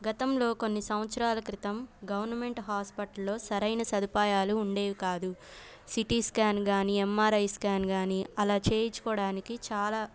గతంలో కొన్ని సంవత్సరాల క్రితం గవర్నమెంట్ హాస్పిటల్లో సరైన సదుపాయాలు ఉండేవి కాదు సీటీ స్కాన్ కానీ ఎంఆర్ఐ స్కాన్ కానీ అలా చేయించుకోవడానికి చాలా